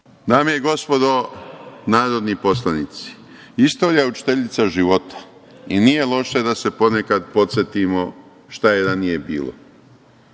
Dame i gospodo narodni poslanici, istorija je učiteljica života i nije loše da se po nekad podsetimo šta je ranije bilo. Ja